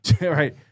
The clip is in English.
right